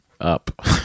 up